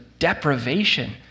deprivation